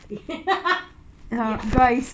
ya